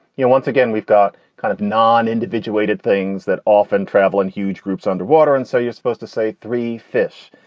you know, once again, we've got kind of non individuated things that often travel in huge groups groups under water. and so you're supposed to say three fish,